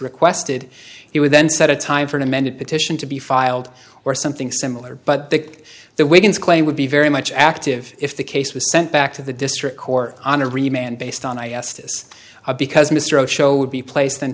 requested he would then set a time for an amended petition to be filed or something similar but that the way his claim would be very much active if the case was sent back to the district court on a remained based on i a s this because mr osho would be place then